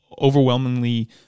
overwhelmingly